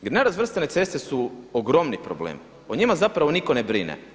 Jer nerazvrstane ceste su ogromni problem, o njima zapravo nitko ne brine.